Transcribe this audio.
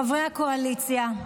חברי הקואליציה,